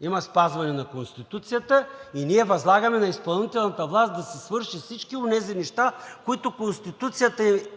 има спазване на Конституцията и ние възлагаме на изпълнителната власт да си свърши всички онези неща, които Конституцията